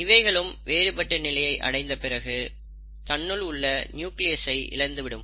இவைகளும் வேறுபட்ட நிலையை அடைந்த பிறகு தன்னுள் உள்ள நியூக்லியஸ் ஐ இழந்துவிடும்